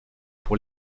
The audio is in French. pour